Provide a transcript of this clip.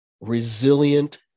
resilient